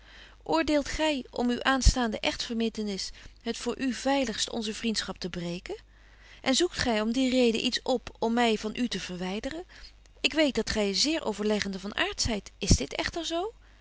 oordeelt gy om uw aanstaande echtverbintenis het voor u veiligst onze vriendschap te breken en zoekt gy om die reden iets op om my van u te verwyderen ik weet dat gy zeer overleggende van aart zyt is dit echter zo